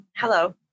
Hello